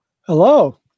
Hello